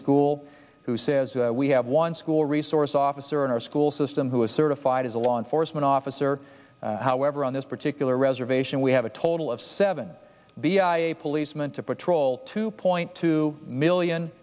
school who says we have one school resource officer in our school system who is certified as a law enforcement officer however on this particular reservation we have a total of seven a policeman to patrol two point two million